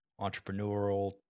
entrepreneurial